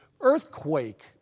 earthquake